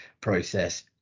process